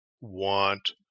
want